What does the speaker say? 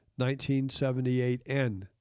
1978N